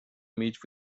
meet